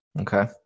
Okay